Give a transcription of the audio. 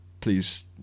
please